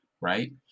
Right